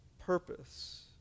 purpose